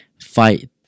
fight